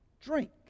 drink